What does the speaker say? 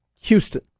Houston